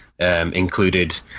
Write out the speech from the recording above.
Included